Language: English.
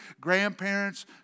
grandparents